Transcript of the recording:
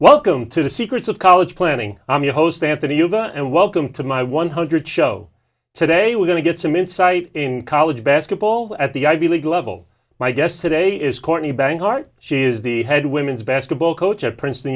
welcome to the secrets of college planning i'm your host anthony you go and welcome to my one hundred show today we're going to get some insight in college basketball at the ivy league level my guest today is courtney bankcard she is the head women's basketball coach at princeton